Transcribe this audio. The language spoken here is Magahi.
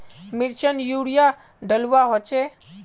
मिर्चान यूरिया डलुआ होचे?